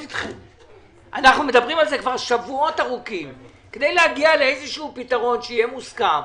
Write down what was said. אתכם שבועות ארוכים כדי להגיע לפתרון שיהיה מוסכם.